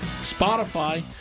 Spotify